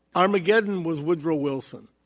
armageddon was woodrow wilson.